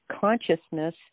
consciousness